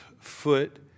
foot